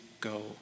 go